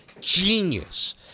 genius